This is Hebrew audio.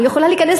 אני יכולה להיכנס